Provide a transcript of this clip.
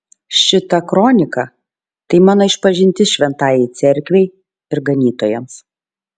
šita kronika tai mano išpažintis šventajai cerkvei ir ganytojams